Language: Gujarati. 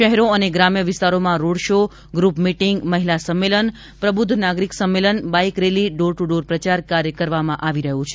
શહેરો અને ગ્રામ્ય વિસ્તારોમાં રોડ શો ગ્રુપ મિટીંગ મહિલા સંમેલન પ્રબૂધ નાગરિક સંમેલન bike rally door to door પ્રચાર કાર્ય કરવામાં આવી રહ્યો છે